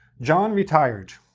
john retired.